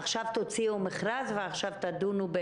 עכשיו תוציאו מכרז ועכשיו תדונו?